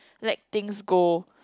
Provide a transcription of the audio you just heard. let things go